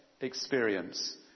experience